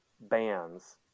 bands